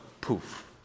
Poof